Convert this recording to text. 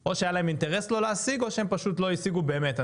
או שהיה להם אינטרס לא להשיג או שהם פשוט לא השיגו באמת,